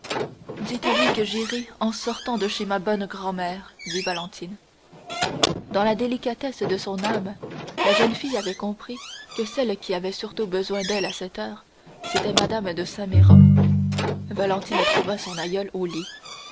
dites-lui que j'irai en sortant de chez ma bonne grand-mère dit valentine dans la délicatesse de son âme la jeune fille avait compris que celle qui avait surtout besoin d'elle à cette heure c'était mme de saint méran valentine trouva son aïeule au lit